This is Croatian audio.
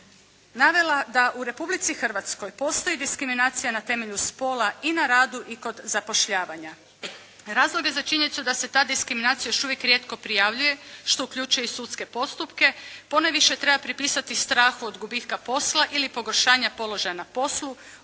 navela da u Republici Hrvatskoj postoji diskriminacija na temelju spora i na radu i kod zapošljavanja. Razlog je za činjenicu da se ta diskriminacija još uvijek rijetko prijavljuje, što uključuje i sudske postupke, ponajviše treba pripisati strahu od gubitka posla, ili pogoršanja položaja na poslu,